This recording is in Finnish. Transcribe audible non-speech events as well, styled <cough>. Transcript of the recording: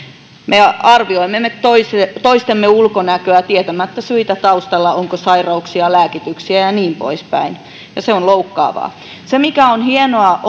me arvioimme toistemme ulkonäköä tietämättä syitä taustalla onko sairauksia lääkityksiä ja ja niin poispäin se on loukkaavaa se mikä on hienoa <unintelligible>